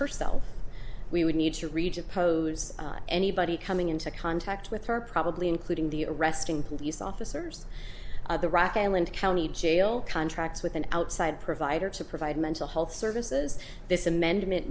herself we would need to reach oppose anybody coming into contact with her probably including the arresting police officers at the rock island county jail contracts with an outside provider to provide mental health services this amendment